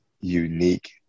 unique